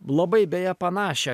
labai beje panašią